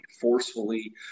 forcefully